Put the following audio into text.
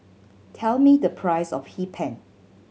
tell me the price of Hee Pan